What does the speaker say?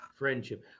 Friendship